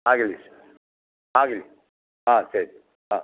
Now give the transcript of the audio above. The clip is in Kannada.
ಆಗಲಿ ಸರ್ ಆಗಲಿ ಹಾಂ ಸರಿ ಹಾಂ